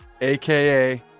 aka